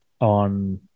on